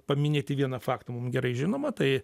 paminėti vieną faktą mum gerai žinomą tai